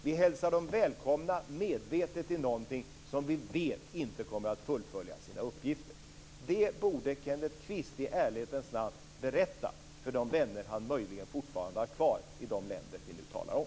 Vi hälsar dem välkomna medvetet till någonting som vi vet inte kommer att fullfölja sina uppgifter. Det borde Kenneth Kvist i ärlighetens namn berätta för de vänner som han möjligen fortfarande har kvar i de länder som vi nu talar om.